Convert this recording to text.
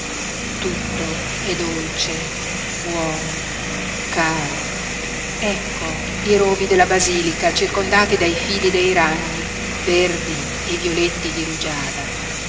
tutto è dolce buono caro ecco i rovi della basilica circondati dai fili dei ragni verdi e violetti di rugiada